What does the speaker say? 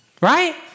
Right